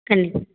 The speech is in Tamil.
கண்டிப்பாக